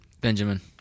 Benjamin